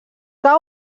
que